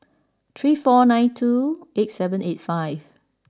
three four nine two eight seven eight five